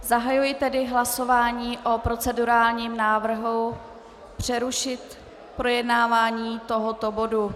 Zahajuji tedy hlasování o procedurálním návrhu přerušit projednávání tohoto bodu.